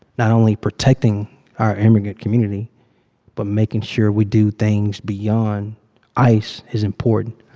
not only protecting our immigrant community but making sure we do things beyond ice is important